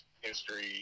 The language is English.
history